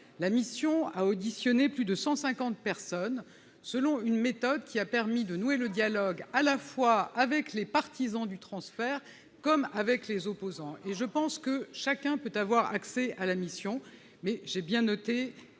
la mission a auditionné plus de 100 50 personnes, selon une méthode qui a permis de nouer le dialogue à la fois avec les partisans du transfert comme avec les opposants et je pense que chacun peut avoir accès à la mission, mais j'ai bien noté